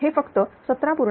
त र हे फक्त17